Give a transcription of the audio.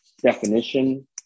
definition